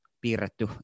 piirretty